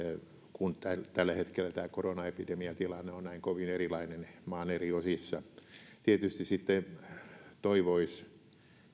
kun tällä tällä hetkellä tämä korona epidemiatilanne on näin kovin erilainen maan eri osissa tietysti sitten toivoisi